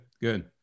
good